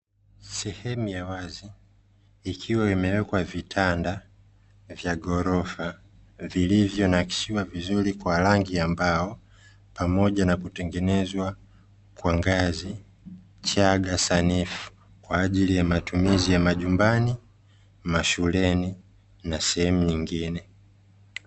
Sehemu ya wazi, ikiwa imewekwa vitanda vya ghorofa, vilivyonakshiwa vizuri kwa rangi ya mbao, pamoja na kutengenezwa kwa ngazi, chaga sanifu, kwa ajili ya matumizi ya majumbani, mashuleni na sehemu nyingine.